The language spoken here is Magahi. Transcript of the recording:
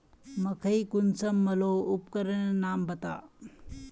मकई कुंसम मलोहो उपकरनेर नाम बता?